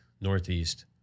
northeast